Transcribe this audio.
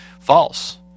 false